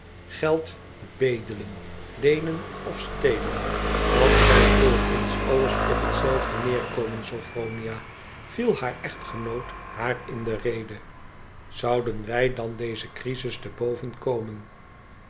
geld bedelen leenen of stelen dat zou voor ons alles op hetzelfde neerkomen sophronia viel haar echtgenoot haar in de rede zouden wij dan deze crisis te